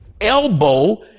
elbow